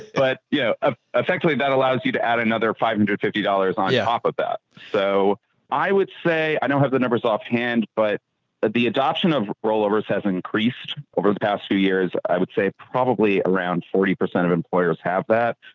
but yeah ah effectively that allows you to add another five under fifty dollars on yeah top of that. so i would say i don't have the numbers off hand, but the adoption of rollovers has increased over the past few years. i would say probably around forty percent of employers have that.